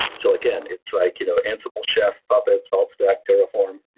so again, it's like you know ansible, chef, puppet, saltstack, terraform,